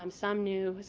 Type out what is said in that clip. um some new,